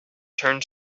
turned